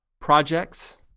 Projects